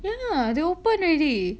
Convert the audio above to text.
yeah they open ready